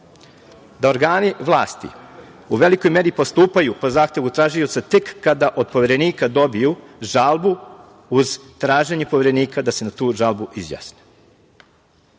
da organi vlasti u velikoj meri postupaju po zahtevu tražioca tek kada od Poverenika dobiju žalbu uz traženje Poverenika da se na tu žalbe izjasne. Može